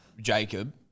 Jacob